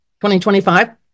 2025